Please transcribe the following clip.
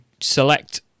select